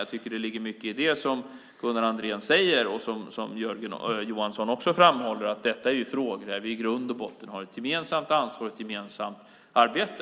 Jag tycker att det ligger mycket i det som Gunnar Andrén säger och som Jörgen Johansson framhåller, nämligen att det här är frågor där vi i grund och botten har ett gemensamt ansvar och ett gemensamt arbete.